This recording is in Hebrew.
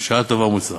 בשעה טובה ומוצלחת.